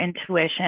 intuition